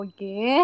Okay